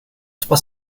trois